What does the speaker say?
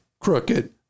crooked